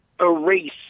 erase